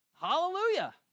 Hallelujah